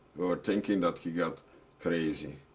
thinking that he got crazy.